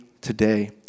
today